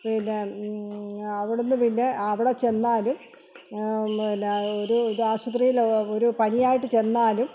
പിന്നെ അവിടെ നിന്ന് പിന്നെ അവിടെ ചെന്നാലും പിന്നെ ഒരു ഇതാശുപത്രിയിലൊക്കെ ഒരു പനി ആയിട്ട് ചെന്നാലും